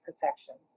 protections